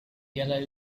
yellow